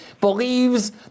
believes